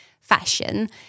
fashion